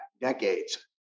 decades